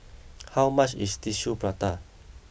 how much is Tissue Prata